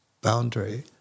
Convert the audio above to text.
boundary